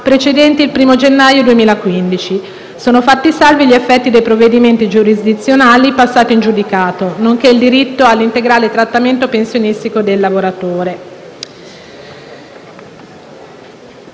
precedenti il 1° gennaio 2015. Sono fatti salvi gli effetti dei provvedimenti giurisdizionali passati in giudicato nonché il diritto all'integrale trattamento pensionistico del lavoratore.